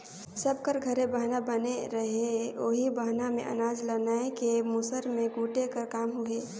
सब कर घरे बहना बनले रहें ओही बहना मे अनाज ल नाए के मूसर मे कूटे कर काम होए